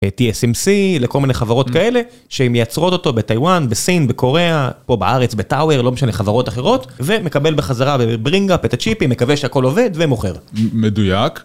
TSMC לכל מיני חברות כאלה, שהם יצרות אותו בטיואן, בסין, בקוריאה, פה בארץ בטאוור, לא משנה, חברות אחרות ומקבל בחזרה בברינג אפ את הצ'יפים מקווה שהכל עובד ומוכר. מדויק.